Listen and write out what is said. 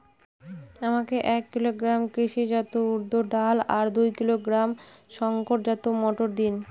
আমাকে এক কিলোগ্রাম কৃষ্ণা জাত উর্দ ডাল আর দু কিলোগ্রাম শঙ্কর জাত মোটর দিন?